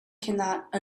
cannot